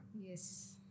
yes